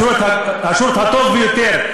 השירות הטוב ביותר,